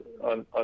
on